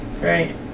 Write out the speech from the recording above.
Right